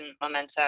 momentum